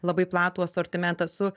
labai platų asortimentą su